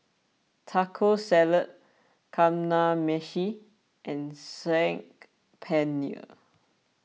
Taco Salad Kamameshi and Saag Paneer